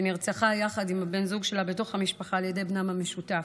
נרצחה יחד עם בן הזוג שלה בתוך המשפחה על ידי בנם המשותף,